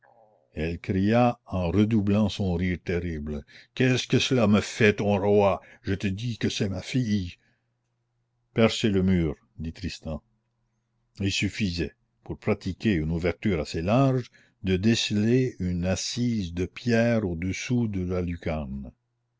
elle cria en redoublant son rire terrible qu'est-ce que cela me fait ton roi je te dis que c'est ma fille percez le mur dit tristan il suffisait pour pratiquer une ouverture assez large de desceller une assise de pierre au-dessous de la lucarne